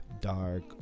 Dark